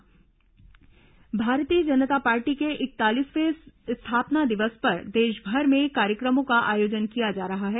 भाजपा स्थापना दिवस भारतीय जनता पार्टी के इकतालीसवें स्थापना दिवस पर देशभर में कार्यक्रमों का आयोजन किया जा रहा है